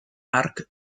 arc